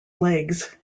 legs